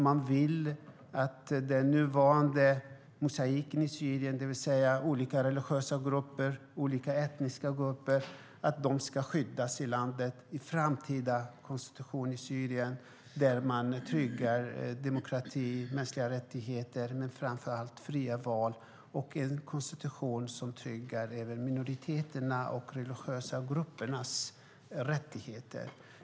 Man vill bevara den nuvarande mosaiken i Syrien. Olika religiösa och etniska grupper ska skyddas i landet. I en framtida konstitution i Syrien ska man trygga demokrati, mänskliga rättigheter och framför allt fria val, men konstitutionen ska även trygga minoriteternas och de religiösa gruppernas rättigheter.